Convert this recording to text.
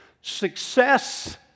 Success